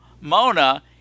Mona